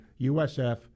USF